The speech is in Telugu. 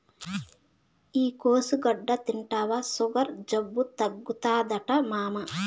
ఈ కోసుగడ్డ తింటివా సుగర్ జబ్బు తగ్గుతాదట మామా